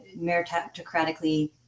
meritocratically